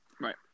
Right